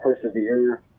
persevere